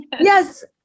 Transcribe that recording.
yes